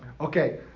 Okay